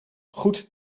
goed